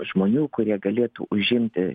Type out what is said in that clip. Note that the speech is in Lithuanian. žmonių kurie galėtų užimti